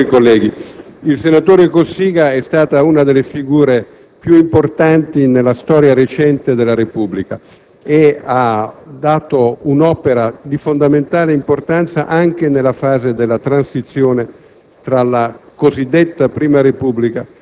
Signor Presidente, onorevoli colleghi, il senatore Cossiga rappresenta una delle figure più importanti nella storia recente della Repubblica e ha svolto un'opera di fondamentale importanza anche nella fase di transizione